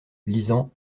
lisant